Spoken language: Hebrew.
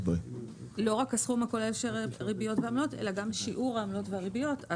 לא רק הסכום הכולל של הריביות והעמלות אלא גם שיעור העמלות והריביות.